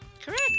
Correct